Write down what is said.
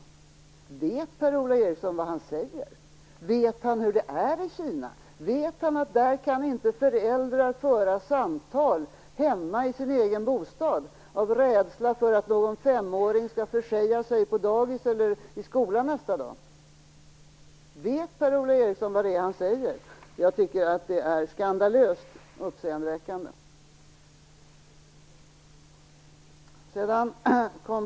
Vet Per-Ola Eriksson vad han säger? Vet han hur det är i Kina? Vet han att där kan inte föräldrar föra samtal hemma i sin egen bostad av rädsla för att någon femåring skall försäga sig på dagis eller i skolan nästa dag? Vet Per-Ola Eriksson vad det är han säger? Jag tycker att det är skandalöst uppseendeväckande.